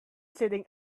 sitting